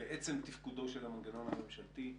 בעצם תפקודו של המנגנון הממשלתי,